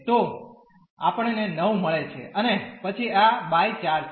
તો આપણને 9 મળે છે અને પછી આ બાય 4 છે